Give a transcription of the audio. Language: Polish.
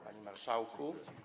Panie Marszałku!